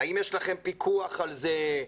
האם יש לכם פיקוח על זה?